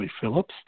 Phillips